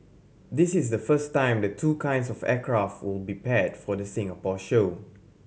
this is the first time the two kinds of aircraft will be paired for the Singapore show